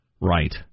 Right